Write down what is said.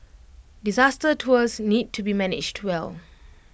disaster tours need to be managed well